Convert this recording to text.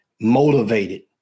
motivated